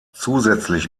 zusätzlich